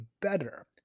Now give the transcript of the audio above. better